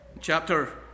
chapter